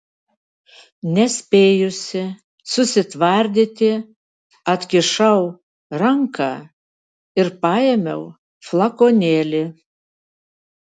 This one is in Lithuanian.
nespėjusi susitvardyti atkišau ranką ir paėmiau flakonėlį